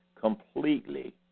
completely